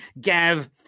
Gav